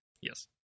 Yes